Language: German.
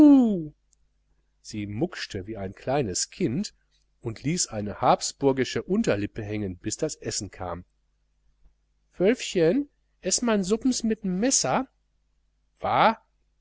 sie muckschte wie ein kleines kind und ließ eine habsburgische unterlippe hängen bis das essen kam wölfchen eß man suppens mitm messer wa